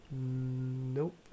Nope